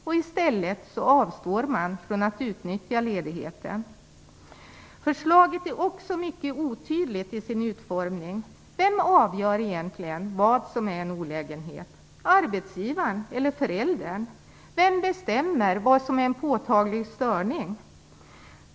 I stället avstår från att utnyttja ledigheten. Förslaget är också mycket otydligt till sin utformning. Vem avgör vad som är olägenhet, arbetsgivaren eller föräldern? Vem bestämmer vad som är påtaglig störning?